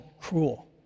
cruel